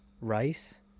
rice